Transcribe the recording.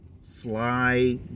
sly